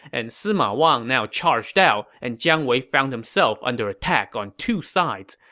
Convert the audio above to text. and sima wang now charged out, and jiang wei found himself under attack on two sides.